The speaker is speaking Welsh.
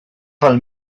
fel